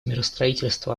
миростроительства